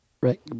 right